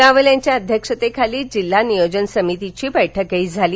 रावल यांच्या अध्यक्षतेखाली जिल्हा नियोजन समितीची बैठकही झाली